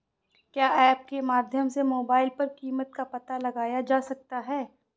क्या ऐप के माध्यम से मोबाइल पर कीमत का पता लगाया जा सकता है?